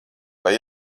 lai